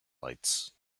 lights